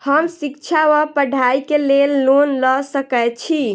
हम शिक्षा वा पढ़ाई केँ लेल लोन लऽ सकै छी?